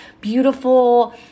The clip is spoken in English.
beautiful